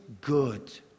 good